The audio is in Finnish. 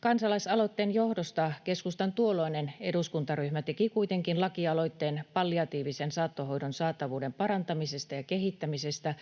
Kansalaisaloitteen johdosta keskustan tuolloinen eduskuntaryhmä teki kuitenkin lakialoitteen palliatiivisen saattohoidon saatavuuden parantamisesta ja kehittämisestä,